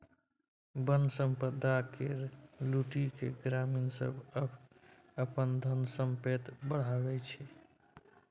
बन संपदा केर लुटि केँ ग्रामीण सब अपन धन संपैत बढ़ाबै छै